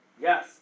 Yes